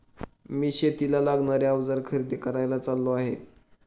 मी शेतीला लागणारे अवजार खरेदी करायला चाललो आहे